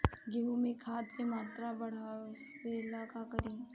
गेहूं में खाद के मात्रा बढ़ावेला का करी?